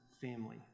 family